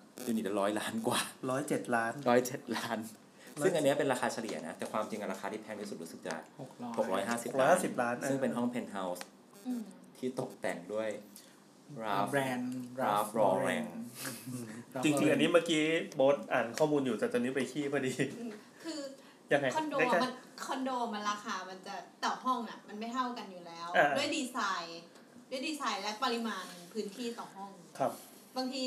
เดี๋ยวนี้เดี๋ยวร้อยล้านกว่า107ล้าน 107ล้าน ซึ่งอันเนี้ยเป็นราคาเฉลี่ยนะ แต่ความจริงอะราคาที่แพงที่สุดรู้สึกจะ 600650ล้าน650ล้านซึ่งเออเป็นห้องเพนท์เฮาส์อืมที่ตกแต่งด้วย Ralph-แบรนด์Ralph Laurenแบรนด์จริงๆอันนี้เมื่อกี้โบ๊ทอ่านข้อมูลอยู่ แต่ตอนนี้ไปขี้พอดีอืม คือยังไงคอนโดอะมัน- คอนโดมันราคามันจะต่อห้องน่ะ มันไม่เท่ากันอยู่แล้วเออด้วยดีไซน์- ด้วยดีไซน์และปริมาณพื้นที่ต่อห้องครับบางที